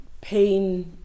pain